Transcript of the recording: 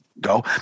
go